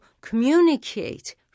communicate